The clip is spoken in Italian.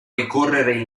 ricorrere